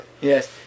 Yes